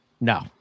No